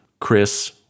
Chris